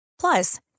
Plus